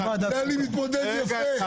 אני מתמודד יפה.